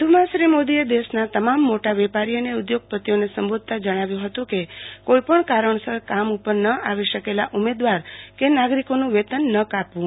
વધુમાં શ્રો મોદીએ દેશના તમામ મોટા વેપારો અને ઉધોગપતિઓને સંબોધતા જણાવ્યું હતું કે કો ઈપણ કારણસર કામ ઉપર ન આવી શકેલા ઉમેદવાર કે કર્મચારીઓનું વેતન ન કાપે